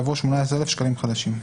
יבוא 18,000 שקלים חדשים".